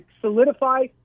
solidify